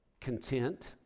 content